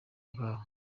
bwawe